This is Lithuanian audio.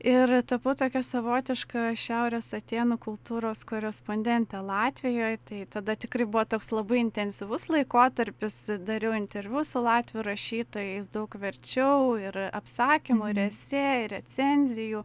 ir tapau tokia savotiška šiaurės atėnų kultūros korespondentė latvijoj tai tada tikrai buvo toks labai intensyvus laikotarpis dariau interviu su latvių rašytojais daug verčiau ir apsakymų ir esė recenzijų